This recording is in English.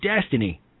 destiny